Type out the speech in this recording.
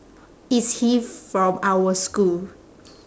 is he from our school